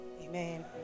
Amen